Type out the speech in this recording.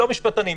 לא משפטנים.